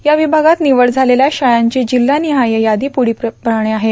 या विभागात निवड झालेल्या शाळांची जिल्हानिहाय यादी पुढीलप्रमाणे आहे